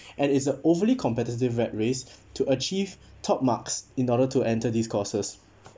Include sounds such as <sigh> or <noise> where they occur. <breath> and it's a overly competitive rat race to achieve top marks in order to enter these courses